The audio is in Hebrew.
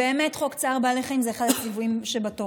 חוק צער בעלי חיים הוא באמת אחד הציוויים שבתורה.